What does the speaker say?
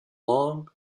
long